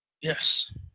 Yes